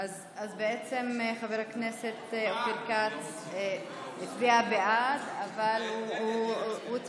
לרצח על רקע לאומני), התשפ"א 2021, לא נתקבלה.